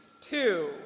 two